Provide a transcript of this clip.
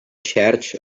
charge